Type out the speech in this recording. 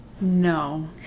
no